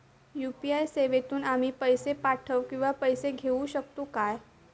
UPI सेवेतून आम्ही पैसे पाठव किंवा पैसे घेऊ शकतू काय?